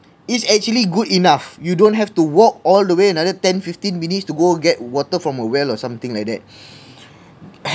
it's actually good enough you don't have to walk all the way another ten fifteen minutes to go get water from a well or something like that